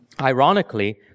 Ironically